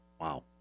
wow